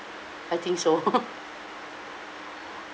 I think so